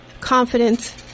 confidence